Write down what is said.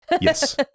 Yes